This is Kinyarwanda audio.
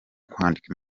kwandika